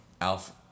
alpha